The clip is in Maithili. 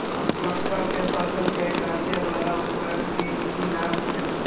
मक्का के फसल कै काटय वाला उपकरण के कि नाम छै?